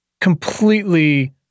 completely